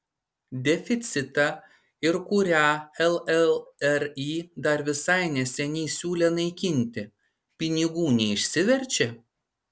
deficitą ir kurią llri dar visai neseniai siūlė naikinti pinigų neišsiverčia